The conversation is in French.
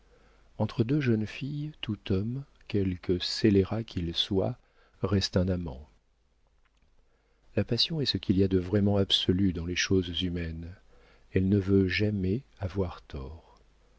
entre deux jeunes filles tout homme quelque scélérat qu'il soit reste un amant la passion est ce qu'il y a de vraiment absolu dans les choses humaines elle ne veut jamais avoir